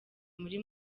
muri